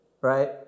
right